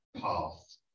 path